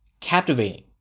Captivating